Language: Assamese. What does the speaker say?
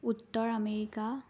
উত্তৰ আমেৰিকা